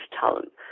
talent